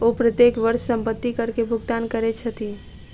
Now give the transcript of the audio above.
ओ प्रत्येक वर्ष संपत्ति कर के भुगतान करै छथि